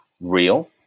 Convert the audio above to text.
real